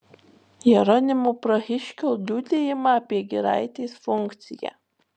jeronimo prahiškio liudijimą apie giraitės funkciją